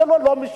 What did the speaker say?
זה לא לא-משפטי.